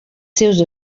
seus